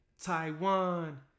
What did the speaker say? Taiwan